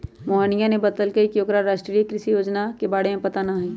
मोहिनीया ने बतल कई की ओकरा राष्ट्रीय कृषि विकास योजना के बारे में पता ना हई